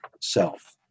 self